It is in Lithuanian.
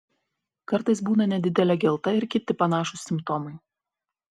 kartais būna nedidelė gelta ir kiti panašūs simptomai